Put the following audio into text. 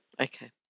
Okay